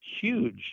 huge